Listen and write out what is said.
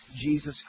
Jesus